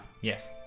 Yes